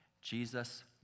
Jesus